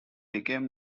became